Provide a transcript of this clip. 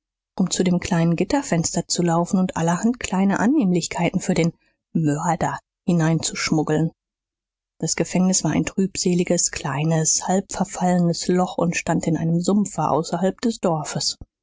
um zu dem kleinen gitterfenster zu laufen und allerhand kleine annehmlichkeiten für den mörder hineinzuschmuggeln das gefängnis war ein trübseliges kleines halbverfallenes loch und stand in einem sumpfe außerhalb des dorfes